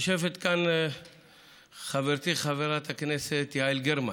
יושבת כאן חברתי חברת הכנסת יעל גרמן,